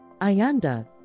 Ayanda